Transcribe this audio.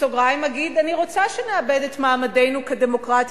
ובסוגריים אגיד: אני רוצה שנאבד את מעמדנו כדמוקרטיה